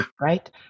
Right